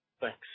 Thanks